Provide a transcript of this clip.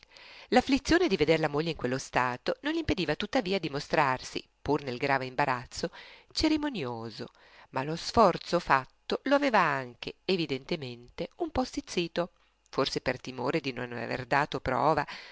pallore l'afflizione di veder la moglie in quello stato non gl'impediva tuttavia di mostrarsi pur nel grave imbarazzo cerimonioso ma lo sforzo fatto lo aveva anche evidentemente un po stizzito forse per timore di non aver dato prova